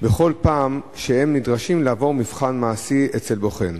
בכל פעם שהם נדרשים לעבור מבחן מעשי אצל בוחן.